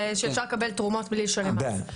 שאפשר לקבל תרומות בלי לשלם מס.